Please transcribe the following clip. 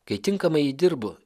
kai tinkamai įdirbu